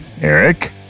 Eric